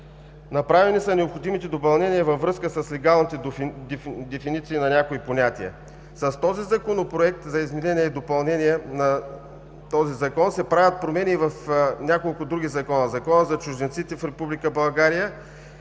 Направени са необходимите допълнения във връзка с легалните дефиниции на някои понятия. С този законопроект за изменение и допълнение се правят промени и в няколко други закона – в Закона за чужденците в